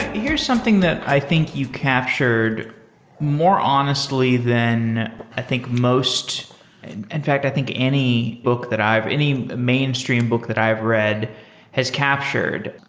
here's something that i think you captured more honestly than i think most in in fact, i think any book that i have any mainstream book that i have read has captured.